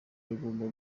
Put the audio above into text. bagomba